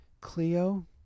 Cleo